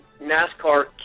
NASCAR